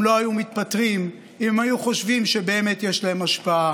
הם לא היו מתפטרים אם הם היו חושבים שבאמת יש להם השפעה.